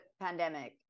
pandemic